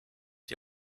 die